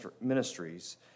Ministries